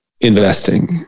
investing